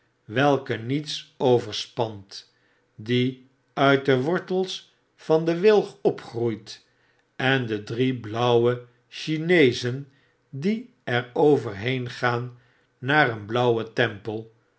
welke niets overspant die uit dewortels van den wilg opgroeit en de drie blauwe chineezen die er overgaan naar een blauwen tempel